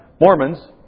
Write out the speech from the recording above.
Mormons